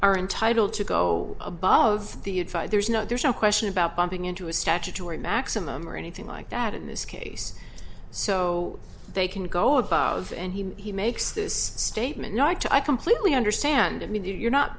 are entitled to go above the advice there's no there's no question about bumping into a statutory maximum or anything like that in this case so they can go above and he makes this statement not to i completely understand i mean that you're not